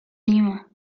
lima